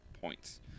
points